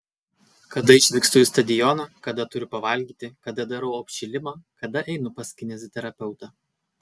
kada išvykstu į stadioną kada turiu pavalgyti kada darau apšilimą kada einu pas kineziterapeutą